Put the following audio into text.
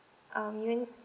um you